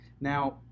Now